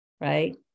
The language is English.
right